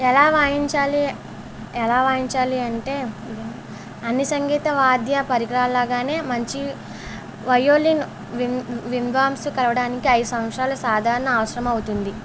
ఎలా వాయించాలి ఎలా వాయించాలి అంటే అన్ని సంగీత వాద్య పరికరాల్లాగానే మంచి వయోలిన్ విమ్ వింద్వాంసు కలవడానికి ఐదు సంవత్సరాలు సాధారణ అవసరమవుతుంది